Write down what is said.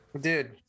dude